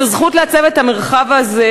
את הזכות לעצב את המרחב הזה,